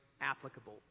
applicable